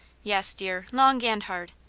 yes, dear long and hard.